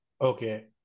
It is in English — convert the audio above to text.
Okay